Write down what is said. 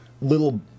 little